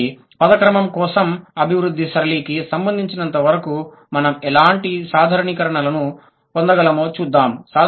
కాబట్టి పదం క్రమం కోసం అభివృద్ధి సరళికి సంబంధించినంత వరకు మనం ఎలాంటి సాధారణీకరణలను పొందగలమో చూద్దాం